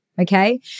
okay